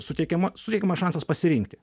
suteikiama suteikiamas šansas pasirinkti